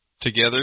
Together